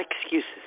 excuses